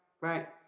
Right